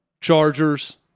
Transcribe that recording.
Chargers –